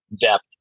depth